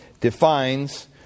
defines